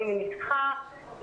אני מניחה,